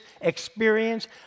experience